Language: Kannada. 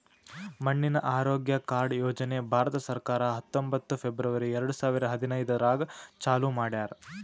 ಮಣ್ಣಿನ ಆರೋಗ್ಯ ಕಾರ್ಡ್ ಯೋಜನೆ ಭಾರತ ಸರ್ಕಾರ ಹತ್ತೊಂಬತ್ತು ಫೆಬ್ರವರಿ ಎರಡು ಸಾವಿರ ಹದಿನೈದರಾಗ್ ಚಾಲೂ ಮಾಡ್ಯಾರ್